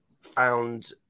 found